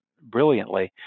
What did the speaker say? brilliantly